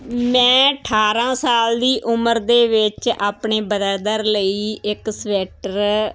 ਮੈਂ ਅਠਾਰ੍ਹਾਂ ਸਾਲ ਦੀ ਉਮਰ ਦੇ ਵਿੱਚ ਆਪਣੇ ਬਰਦਰ ਲਈ ਇੱਕ ਸਵੈਟਰ